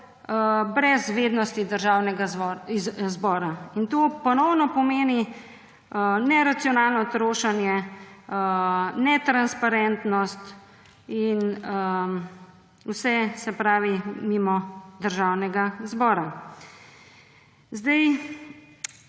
brez vednosti Državnega zbora. To ponovno pomeni neracionalno trošenje, netransparentnost in vse mimo Državnega zbora.